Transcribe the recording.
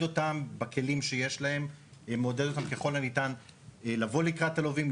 אותם בכלים שיש להם ככל הניתן לבוא לקראת הלווים,